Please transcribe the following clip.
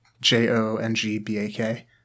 J-O-N-G-B-A-K